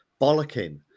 bollocking